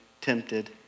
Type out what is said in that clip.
tempted